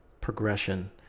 progression